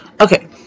Okay